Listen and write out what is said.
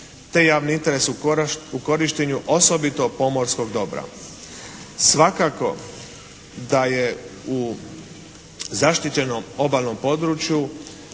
te javni interes u korištenju osobito pomorskog dobra. Svakako da je u zaštićenom obalnom području